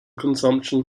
consumption